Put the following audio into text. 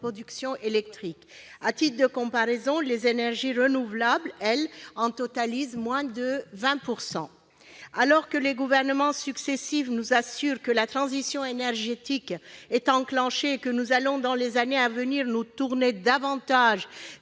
notre production électrique. À titre de comparaison, les énergies renouvelables en totalisent moins de 20 %. Alors que les gouvernements successifs nous assurent que la transition énergétique est enclenchée et que nous allons, dans les années à venir, nous tourner davantage